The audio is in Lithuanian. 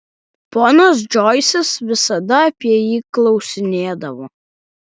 ponas džoisas visada apie jį klausinėdavo